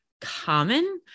common